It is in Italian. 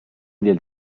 del